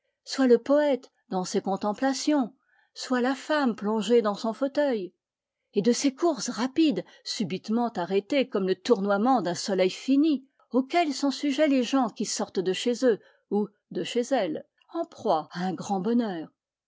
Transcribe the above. soit le poète dans ses contemplations soit la femme plongée dans son fauteuil et de ces courses rapides subitement arrêtées comme le tournoiement d'un soleil fini auxquelles sont sujets les gens qui sortent de chez eux ou de chez elles en proie à un grand bonheur